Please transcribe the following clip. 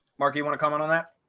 mark, you want to comment on that?